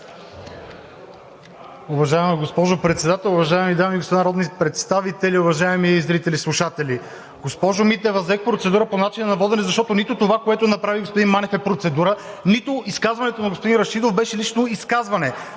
Уважаема госпожо Председател, уважаеми дами и господа народни представители, уважаеми зрители и слушатели! Госпожо Митева, взех процедура по начина на водене, защото нито това, което направи господин Манев, е процедура; нито изказването на господин Рашидов беше лично изказване!